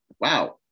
wow